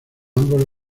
ambos